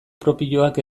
propioak